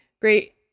great